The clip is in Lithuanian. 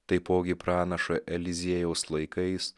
taipogi pranašo eliziejaus laikais